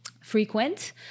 frequent